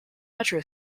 metro